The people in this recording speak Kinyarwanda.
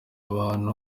abantu